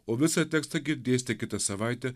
o visą tekstą girdėsite kitą savaitę